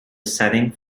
setting